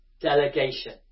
delegation